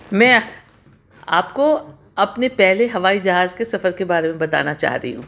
میں آپ کو اپنے پہلے ہوائی جہاز کے سفر کے بارے میں بتانا چاہ رہی ہوں